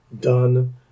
done